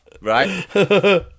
Right